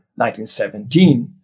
1917